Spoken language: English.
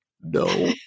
No